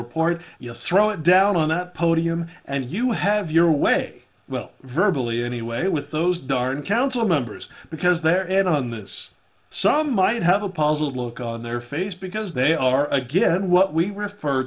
report throw it down on that podium and you have your way well verbal e anyway with those darn council members because they're in on this some might have a puzzled look on their face because they are again what we refer